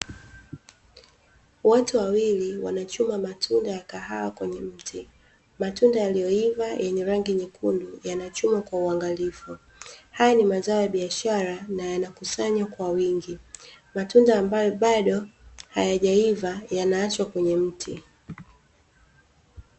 Watu wawili wanachuma matunda ya kahawa kwenye mti, matunda yaliyoiva yenye rangi nyekundu yanachumwa kwa uangalifu. Haya ni mazao ya biashara na yanakusanywa kwa wingi, matunda ambayo bado hayajaiva yanaachwa kwenye mti.